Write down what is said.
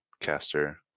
caster